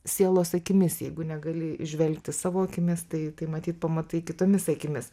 sielos akimis jeigu negali įžvelgti savo akimis tai tai matyt pamatai kitomis akimis